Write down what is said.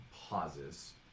pauses